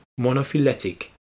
monophyletic